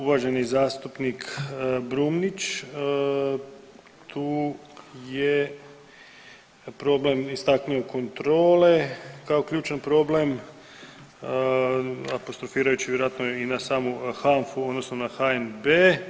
Uvaženi zastupnik Brumnić tu je problem istaknuo kontrole kao ključan problem apostrofirajući vjerojatno i na samu HANFA-u odnosno na HNB.